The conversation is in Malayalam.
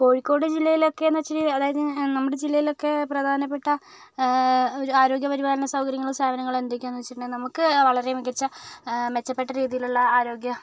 കോഴിക്കോട് ജില്ലയിലൊക്കെ എന്ന് വെച്ചാൽ അതായത് നമ്മുടെ ജില്ലയിലൊക്കെ പ്രധാനപ്പെട്ട ഒരു ആരോഗ്യ പരിപാലന സൗകര്യങ്ങളും സാധനങ്ങളും എന്തൊക്കെയാണ് വെച്ചാൽ കഴിഞ്ഞിട്ടുണ്ടെങ്കിൽ നമുക്ക് വളരെ മികച്ച മെച്ചപ്പെട്ട രീതിയിലുള്ള ആരോഗ്യ